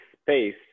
space